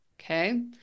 Okay